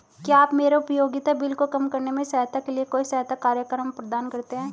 क्या आप मेरे उपयोगिता बिल को कम करने में सहायता के लिए कोई सहायता कार्यक्रम प्रदान करते हैं?